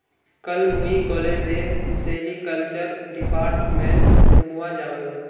कल मुई कॉलेजेर सेरीकल्चर डिपार्टमेंट घूमवा जामु